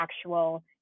actual